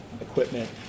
equipment